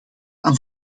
aan